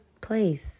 place